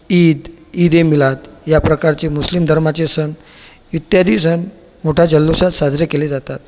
ईद ईद ए मिलाद याप्रकारचे मुस्लिम धर्माचे सण इत्यादी सण मोठया जल्लोषात साजरे केले जातात